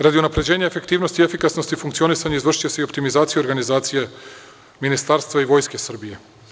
Radi unapređenja efektivnosti i efikasnosti i funkcionisanja izvršiće se i optimizacija organizacija Ministarstva i Vojske Srbije.